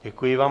Děkuji vám.